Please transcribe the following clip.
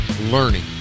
learning